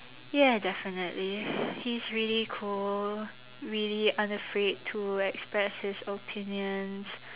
ya definitely he's really cool really unafraid to express his opinions